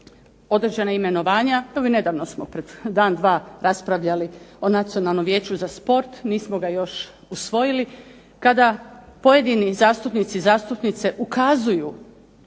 određena imenovanja, nedavno smo prije dan dva raspravljali o Nacionalnom vijeću za sport, nismo ga još usvojili, kada pojedini zastupnici i zastupnice ukazuju